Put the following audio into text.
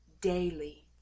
daily